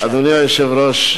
אדוני היושב-ראש,